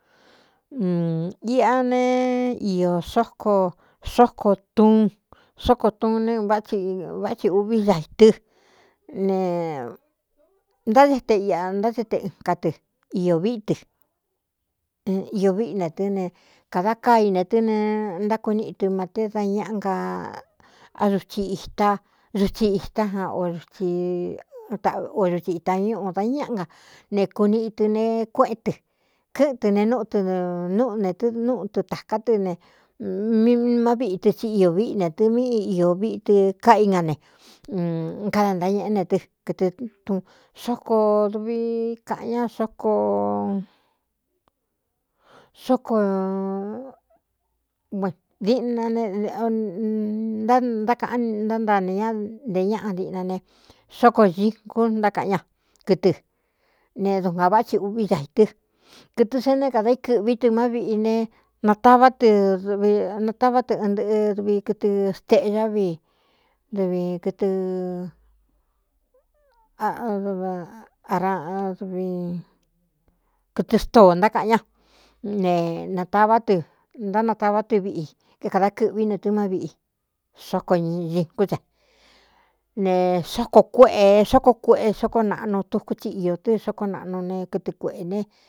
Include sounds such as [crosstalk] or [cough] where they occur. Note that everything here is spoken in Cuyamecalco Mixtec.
[hesitation] Iꞌa ne iō sóko xóko tuun sóko tuun ne váꞌ vá thi uꞌví ñaī tɨ ne ntádé te iꞌa ntáde teɨnka tɨ i viꞌí tɨ iō víꞌi ne tɨ́ ne kāda káa ine tɨ ne ntákuníꞌi tɨ mate da ñáꞌa ga uchi a suthi itá a o dutsi itañúꞌu dañáꞌa ga ne kuniꞌi tɨ ne kuéꞌen tɨ kɨ́ꞌɨn tɨ ne núꞌ tɨ núꞌu netɨ́ núꞌu tɨ tāká tɨ ne mmá viꞌi tɨ tí iō víꞌi ne tɨ míꞌi iō viꞌtɨ káꞌa í ñga ne káda ntañeꞌé ne tɨ kɨɨn sóko dvi kꞌan [unintelligible] na neákaꞌan ntántaa ine ñá nte ñáꞌa diꞌna ne sóko sikún ntákaꞌan ña kɨtɨ ne dukuān vá thi uꞌví ñai tɨ kɨtɨ sa né kādā íkɨ̄ꞌví tɨ má viꞌi ne natavá tɨdv natavá tɨ ɨn ntɨꞌɨ duvi kɨtɨ steꞌñá vi dvi [hesitation] kɨɨvkɨtɨ stóó ntákaꞌan ñá ne natavá tɨ ntánatavá tɨ viꞌi ékādā kɨ̄ꞌví ne tɨmá viꞌi sóko ñikún a ne sókoo kuéꞌē xókoo kueꞌe sóko naꞌnu tuku thi iō tɨ́ sóko naꞌnu ne kɨtɨ kuēꞌē ne.